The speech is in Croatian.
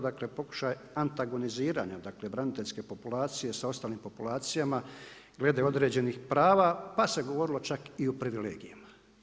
Dakle, pokušaj antagoniziranja, dakle braniteljske populacije sa ostalim populacijama glede određenih prava pa se govorilo čak i o privilegijama.